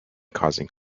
causing